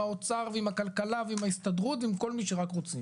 עם האוצר ועם הכלכלה ועם ההסתדרות ועם כל מי שאתם רק רוצים,